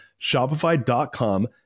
Shopify.com